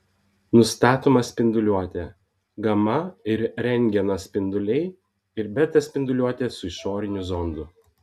nustatoma spinduliuotė gama ir rentgeno spinduliai ir beta spinduliuotė su išoriniu zondu